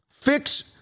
fix